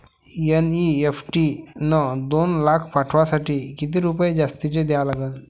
NEFT न दोन लाख पाठवासाठी किती रुपये जास्तचे द्या लागन?